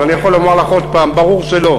אז אני יכול לומר לך עוד הפעם: ברור שלא.